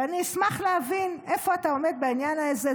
ואני אשמח להבין איפה אתה עומד בעניין הזה?